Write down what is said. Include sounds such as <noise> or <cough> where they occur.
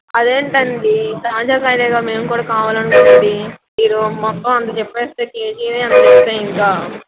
అదేంటండి <unintelligible> మేము కూడ కావాలనుకునింది మీరు మొత్తం అంత చెప్పేస్తే కేజీనే అంత చెప్పేస్తే ఇంక